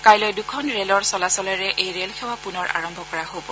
কাইলৈ দুখন ৰেলৰ চলাচলেৰে এই ৰেল সেৱা পূনৰ আৰম্ভ কৰা হব